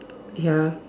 ya